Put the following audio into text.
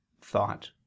thought